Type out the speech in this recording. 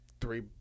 three